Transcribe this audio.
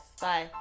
Bye